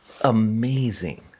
amazing